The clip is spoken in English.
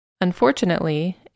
Unfortunately